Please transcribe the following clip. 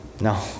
No